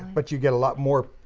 but you get a lot more.